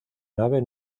nave